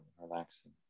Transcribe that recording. relaxing